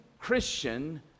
Christian